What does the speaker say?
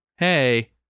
hey